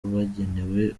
bagenewe